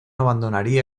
abandonaría